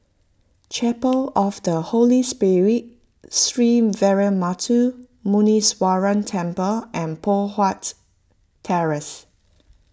Chapel of the Holy Spirit Sree Veeramuthu Muneeswaran Temple and Poh Huat Terrace